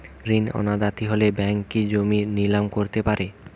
ঋণ অনাদায়ি হলে ব্যাঙ্ক কি জমি নিলাম করতে পারে?